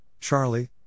Charlie